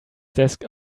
desk